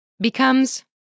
becomes